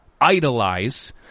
idolize